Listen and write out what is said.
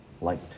light